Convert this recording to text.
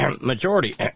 majority